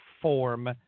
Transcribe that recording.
form